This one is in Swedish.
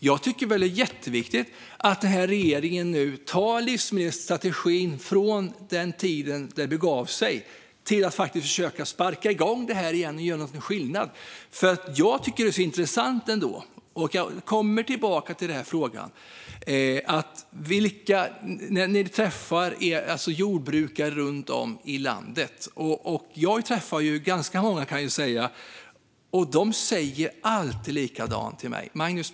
Jag tycker att det är jätteviktigt att regeringen nu tar livsmedelsstrategin från tiden det begav sig och faktiskt försöker sparka igång den igen och göra någon skillnad. Jag kommer tillbaka till frågan som jag tycker är så intressant. Ni träffar jordbrukare runt om i landet. Jag träffar ganska många, och de säger alltid samma sak till mig: "Magnus!